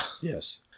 Yes